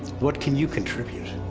what can you contribute?